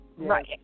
Right